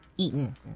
Eaten